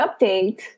update